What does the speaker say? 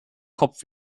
kopf